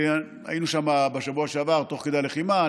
היינו שם בשבוע שעבר תוך כדי הלחימה,